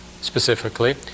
specifically